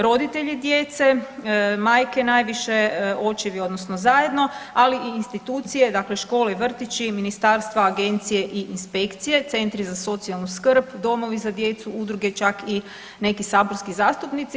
Roditelji djece, majke najviše, očevi odnosno zajedno, ali i institucije dakle, škole i vrtići, ministarstva, agencije i inspekcije, centri za socijalnu skrb, domovi za djecu, udruge, čak i neki saborski zastupnici.